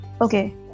okay